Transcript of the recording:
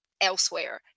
elsewhere